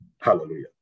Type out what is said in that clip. Hallelujah